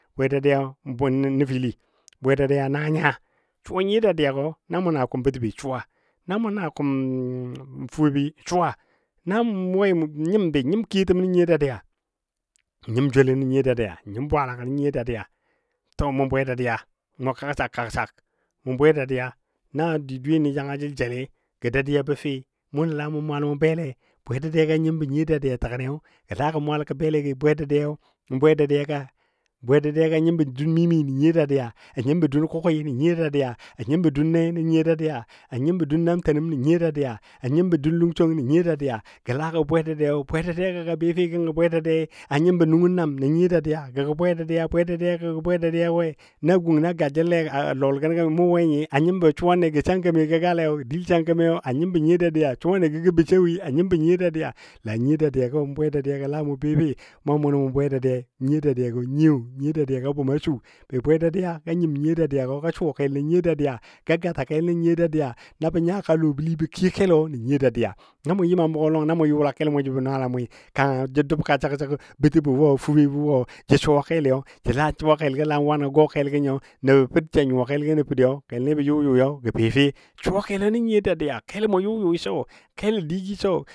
Bwe dadiya nəfili bwe dadiya na nya, suwa nyiyo dadiya gɔ na mu na kʊm bətəbi suwa, na mʊ na kʊm fubebi suwa nan wei nyim be nyim kiyotəm nən nyiyo dadiya nyem joulo nən nyiyo dadiya nyim bwaalagɔ nən nyiyo dadiya to mʊ bwe dadiya mu kagsak kagsak mʊ bwe dadiya na dweyeni jangajəl jelai dadiyabe fɛ mʊnɔ la mʊ mwal bele bwe dadiyaga a nyimbɔ nyiyo dadiya təgəniyo gə la gə mwal gə bele gɔ bwe dadiyayo, bwe dadiya ka, bwe dadiyaga nyimbɔ dun mimi nən nyiyo dadiya a nyimbɔ dun kuki nən nyiyo dadiya a nyimbo dun ne nə nyiyo dadiya, a nyimbo dun namtənəm nnə nyiyo dadiya, a nyimbɔ dun lungson nə nyiyo dadiya gə la gɔ bwe dadiyai, bwe dadiya gɔ ga befe gəngɔ gə bwe dadiya a nyimbɔ nungənə nam nə nyiyo dadiya gə gɔ bwe da diya, bwe dadiyago gə bwe dadiya we? na gung na ga jəl le a lɔl gən mʊ we nyim a nyimbo suwa le gə sankame gə gala n dil sakame a nyimbɔ nyiyo dadiya suwagɔ gə bə Sawe a nyimbɔ nyiyo dadiya la nyiyo dadiyagɔ mʊ bwe dadiyago la mʊ befe mʊ a mʊnɔ mʊ bwe dadiyai. Nyiyo dadiyagɔ nyiyo, nyiyo dadiya go a bʊma su be bwe dadiya ga nyim nyiyo dadiyagɔ ga suwa kel nən nyiyo dadiya ga gata kel nən nyiyo dadiya, na bə nyaka lɔ bəli gə kiyo kelo nə nyiyo dadiya, na mʊ yɨm a mʊgɔ lɔ na mʊ yʊla kel mʊ jəbɔ nɔɔla mʊi kanga jə doubka səg səgi bətəbo wo fubebə jə suwa keloyo sə la kelgɔ wan a gɔ kelgo nyo nəbo per ja nyuwa kelgɔ nə periyo kelni bə yʊ yʊyo gə be fe, suwa kelɔ nən nyiyo dadiya kelo mʊ yʊ yʊi so kelo digi so.